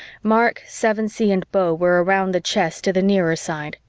mark, sevensee and beau were around the chest to the nearer side.